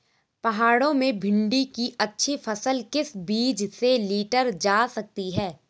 पहाड़ों में भिन्डी की अच्छी फसल किस बीज से लीटर जा सकती है?